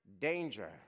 danger